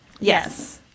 Yes